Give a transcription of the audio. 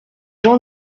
jean